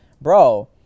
bro